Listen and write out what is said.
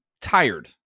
tired